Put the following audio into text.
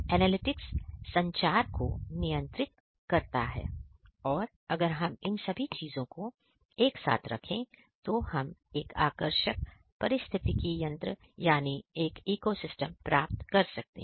analytics संचार को नियंत्रित करता है और अगर हम इन सभी चीजों को एक साथ रखें तो हम एक आकर्षक पारिस्थितिकी तंत्र यानी इको सिस्टम प्राप्त कर सकते हैं